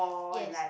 yes